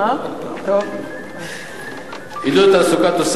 עידוד תעסוקה,